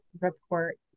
report